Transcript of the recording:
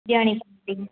ॾियणी पवंदी